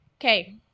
Okay